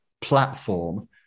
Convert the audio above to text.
platform